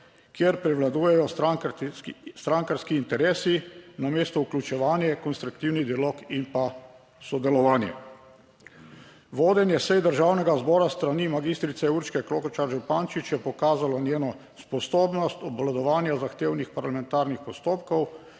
kjer prevladujejo strankarski interesi namesto vključevanje, konstruktivni dialog in pa sodelovanje. Vodenje sej Državnega zbora s strani magistrice Urške Klakočar Župančič, je pokazalo njeno sposobnost obvladovanja zahtevnih parlamentarnih postopkov